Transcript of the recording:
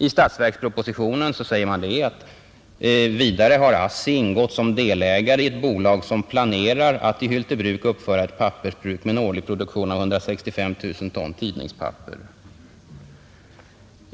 I statsverkspropositionen meddelar man att ASSI ingått som delägare i ett bolag som planerar att i Hyltebruk uppföra ett pappersbruk med en årlig produktion av 165 000 ton tidningspapper.